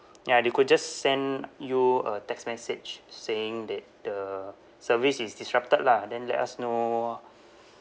ya they could just send you a text message saying that the service is disrupted lah then let us know